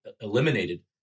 eliminated